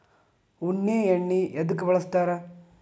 ಉಣ್ಣಿ ಎಣ್ಣಿ ಎದ್ಕ ಬಳಸ್ತಾರ್?